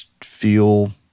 feel